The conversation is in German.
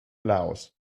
laos